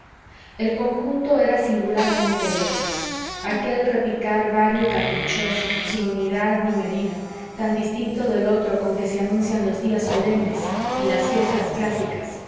el conjunto era singularmente bello aquel repicar vario y caprichoso sin unidad ni medida tan distinto del otro con que se anuncian los días solemnes y las fiestas clásicas